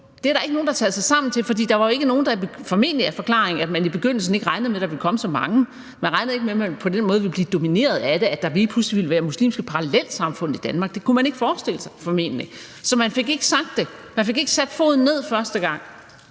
Det er der ikke nogen der har taget sig sammen til. Formentlig er forklaringen, at man i begyndelsen ikke regnede med, at der ville komme så mange. Man regnede ikke med, at man på den måde ville blive domineret af det, at der lige pludselig ville være muslimske parallelsamfund i Danmark. Det kunne man formentlig ikke forestille sig. Så man fik ikke sagt det, man fik ikke sat foden ned første gang,